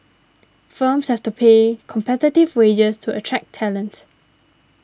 firms has to pay competitive wages to attract talent